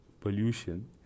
pollution